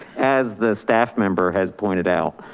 as the staff member has pointed out,